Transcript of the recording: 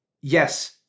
Yes